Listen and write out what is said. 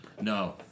No